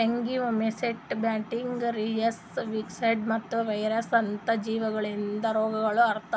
fungi, oomycetes, bacteria, viruses, viroids ಮತ್ತ virus ಅಂತ ಜೀವಿಗೊಳಿಂದ್ ರೋಗಗೊಳ್ ಆತವ್